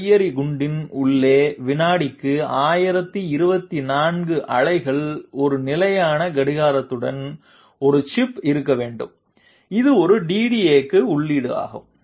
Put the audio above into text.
கையெறி குண்டின் உள்ளே வினாடிக்கு 1024 பருப்புகளில் ஒரு நிலையான கடிகாரத்துடன் ஒரு சிப் இருக்க வேண்டும் இது ஒரு DDA க்கு உள்ளீடு ஆகும்